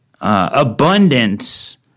abundance